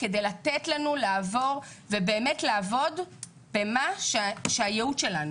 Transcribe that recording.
כדי לתת לנו לעבור ובאמת לעבוד במה שזה הייעוד שלנו.